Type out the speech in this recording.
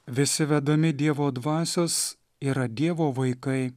visi vedami dievo dvasios yra dievo vaikai